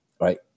right